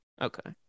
Okay